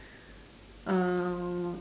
uh